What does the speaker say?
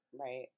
right